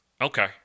Okay